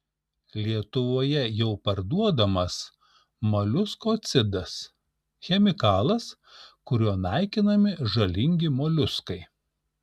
lietuvoje jau parduodamas moliuskocidas chemikalas kuriuo naikinami žalingi moliuskai